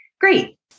great